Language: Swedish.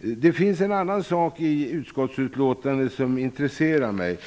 Det finns en annan sak i betänkandet som intresserar mig.